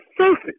surface